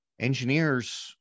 engineers